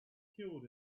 killed